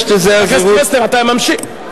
חבר הכנסת פלסנר, אתה ממשיך.